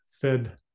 Fed